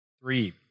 Three